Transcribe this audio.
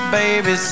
baby